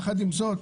יחד עם זאת,